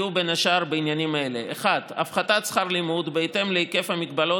יהיו בין השאר בעניינים אלה: (1) הפחתת שכר לימוד בהתאם להיקף המגבלות